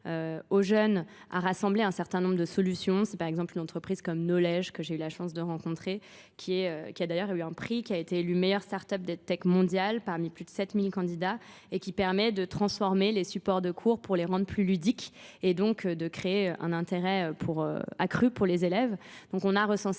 aux jeunes, a rassemblé un certain nombre de solutions. C'est par exemple une entreprise comme Nolège que j'ai eu la chance de rencontrer, qui a d'ailleurs eu un prix, qui a été élu meilleur start-up des techs mondial parmi plus de 7000 candidats. et qui permet de transformer les supports de cours pour les rendre plus ludiques et donc de créer un intérêt accru pour les élèves. Donc on a recensé